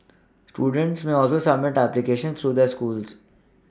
students may also submit applications through their schools